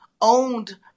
owned